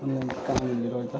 online कामहरूले गर्दा